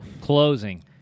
Closing